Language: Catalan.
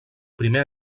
primer